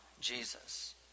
Jesus